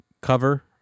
cover